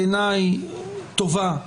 בעיניי טובה,